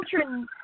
children